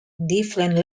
different